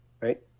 right